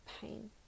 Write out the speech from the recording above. pain